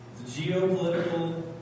geopolitical